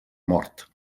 mort